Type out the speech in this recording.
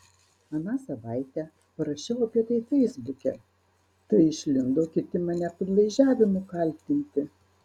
aną savaitę parašiau apie tai feisbuke tai išlindo kiti mane padlaižiavimu kaltinti